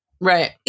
Right